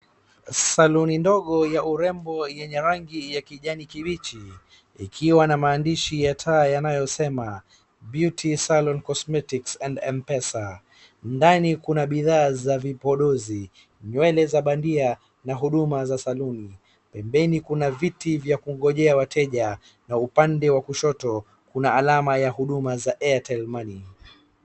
Saluni ndogo ya urembo yenye rangi ya kijani kibichi, ikiwa na maandishi ya taa yanayosema, "Beauty Saloon, Cosmetics and Mpesa." Ndani kuna bidhaa za vipodozi, nywele za bandia na huduma za saluni. Pembeni kuna viti vya kungojea wateja na upande wa kushoto kuna alama ya huduma za Airtel Money .